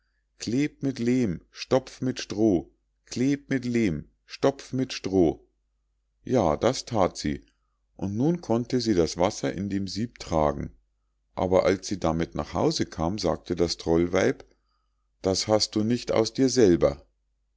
kleb mit lehm stopf mit stroh kleb mit lehm stopf mit stroh ja das that sie und nun konnte sie das wasser in dem sieb tragen aber als sie damit nach hause kam sagte das trollweib das hast du nicht aus dir selber